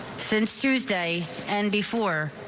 since tuesday and before.